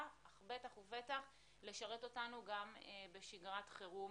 אך בטח ובטח לשרת אותנו גם בשגרת חירום,